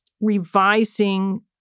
revising